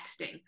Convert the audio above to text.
texting